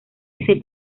ese